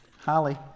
Holly